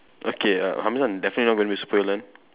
okay uh Hamzan definitely not going to be super villain